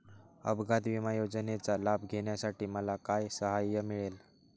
अपघात विमा योजनेचा लाभ घेण्यासाठी मला काय सहाय्य मिळेल?